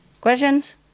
questions